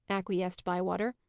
acquiesced bywater.